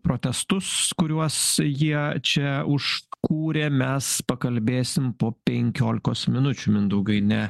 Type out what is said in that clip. protestus kuriuos jie čia užkūrė mes pakalbėsim po penkiolikos minučių mindaugai ne